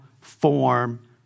form